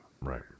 Right